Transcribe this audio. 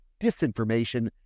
disinformation